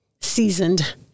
seasoned